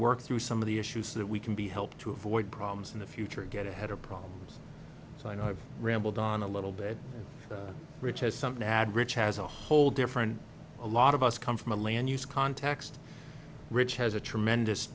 work through some of the issues that we can be helped to avoid problems in the future get ahead of problems so i've rambled on a little bit which has something to add which has a whole different a lot of us come from a land use context which has a tremendous